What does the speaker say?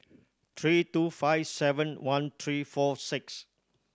three two five seven one three four six